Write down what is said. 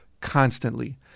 constantly